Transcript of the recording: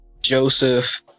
Joseph